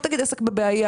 לא תגיד עסק בבעיה,